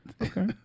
okay